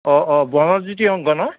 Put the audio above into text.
অঁ অঁ বনজ্যোতি সংঘ ন